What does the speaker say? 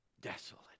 Desolate